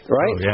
right